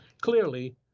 clearly